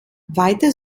weiter